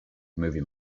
movie